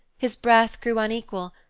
his breath grew unequal,